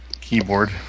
keyboard